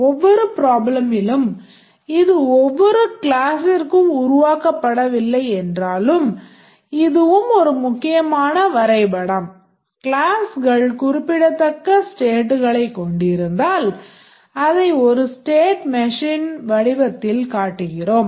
ஒவ்வொரு ப்ராப்ளமிலும் வடிவத்தில் காட்டுகிறோம்